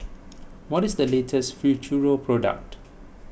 what is the latest Futuro product